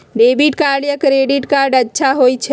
Debit card या credit card अलग होईछ ई?